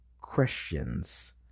Christians